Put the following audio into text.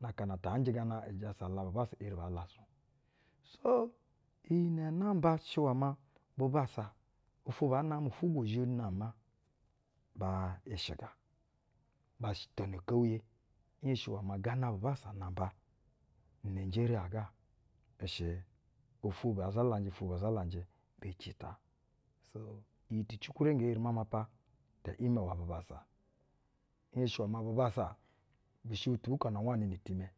na aka na ta njɛ gana ijasa la bubassa eri baa lasu. Nu gana ata, iyi nɛ namba shɛ iwɛ maa, bubassa ofwo baa namɛ ufwugo zhɛ nama ba ishiga bo tono ukewuye, nhenshi maa gana bubassa namba nu unaijeriya ha ishɛ ofwo baa zalanjɛ baa zalanjɛ bee ci ta. Nu gana ata iyi ti cikure nge eri ma mapa tɛ imɛ iwɛ bubassa nhenshi iwɛ maaa bubassa, shɛ butu bu ko na wanɛ ni-itimɛ.